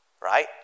Right